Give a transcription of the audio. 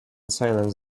silence